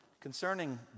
Concerning